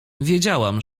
wiedziałam